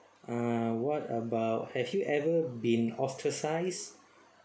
uh what about have you ever been ostracised